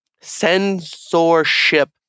censorship